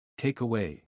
Takeaway